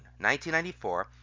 1994